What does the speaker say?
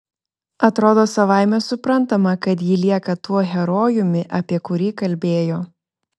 atrodo savaime suprantama kad ji lieka tuo herojumi apie kurį kalbėjo